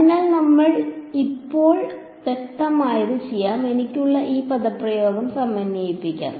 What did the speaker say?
അതിനാൽ ഇപ്പോൾ നമുക്ക് വ്യക്തമായത് ചെയ്യാം എനിക്കുള്ള ഈ പദപ്രയോഗം സമന്വയിപ്പിക്കാം